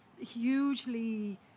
hugely